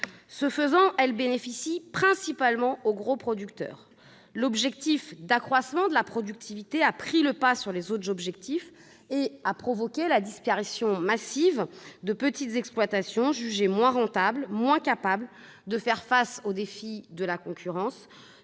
Ce faisant, elle bénéficie principalement aux gros producteurs. L'objectif d'accroissement de la productivité a pris le pas sur les autres objectifs et a provoqué la disparition massive des petites exploitations jugées moins rentables et moins capables de faire face aux défis de la concurrence,